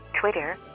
Twitter